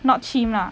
not chim lah